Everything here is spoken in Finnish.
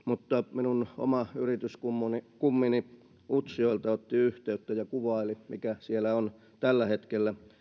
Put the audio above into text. minun oma yrityskummini utsjoelta otti yhteyttä ja kuvaili mikä siellä on tällä hetkellä